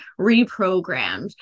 reprogrammed